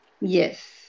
yes